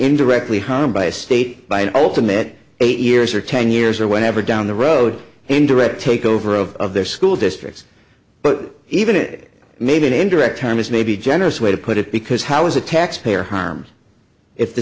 indirectly home by a state by an ultimate eight years or ten years or whatever down the road and direct takeover of their school districts but even it may be an indirect time is maybe generous way to put it because how as a taxpayer harms if the